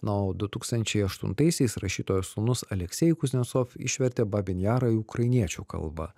na o du tūkstančiai aštuntaisiais rašytojo sūnus aleksej kuznecov išvertė babyn jarą į ukrainiečių kalbą